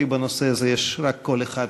לי בנושא הזה יש רק קול אחד,